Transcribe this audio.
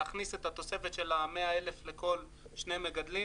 להכניס את התוספת של ה-100 אלף לכל שני מגדלים.